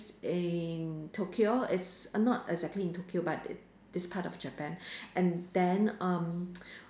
in Tokyo it's err not exactly in Tokyo but it this part of Japan and then um